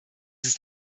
ist